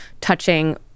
touching